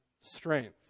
strength